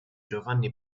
giovanni